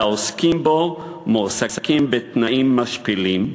והעוסקים בו מועסקים בתנאים משפילים,